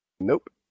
Nope